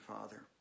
father